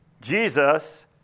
Jesus